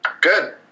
Good